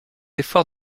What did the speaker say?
efforts